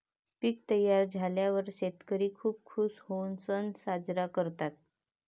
पीक तयार झाल्यावर शेतकरी खूप खूश होऊन सण साजरा करतात